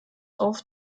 auf